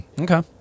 okay